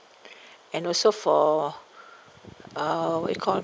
and also for uh what you call